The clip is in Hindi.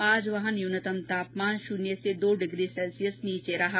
आज वहां न्यूनतम तापमान शून्य से दो डिग्री सैल्सियस नीचे रहा